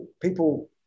people